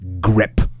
grip